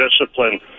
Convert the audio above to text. discipline